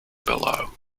below